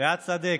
פאת שדה,